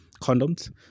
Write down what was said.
condoms